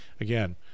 Again